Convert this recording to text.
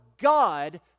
God